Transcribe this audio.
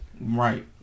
Right